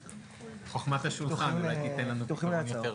חכמת השולחן תיתן לנו פתרון יותר טוב.